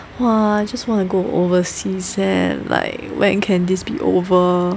!wah! I just want to go overseas leh like when can this be over